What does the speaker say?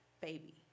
baby